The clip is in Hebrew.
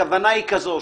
הכוונה היא כזו,